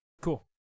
Cool